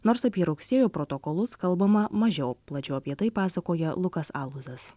nors apie rugsėjo protokolus kalbama mažiau plačiau apie tai pasakoja lukas aluzas